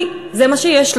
כי זה מה שיש,